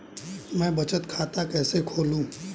मैं बचत खाता कैसे खोलूं?